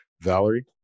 Valerie